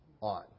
on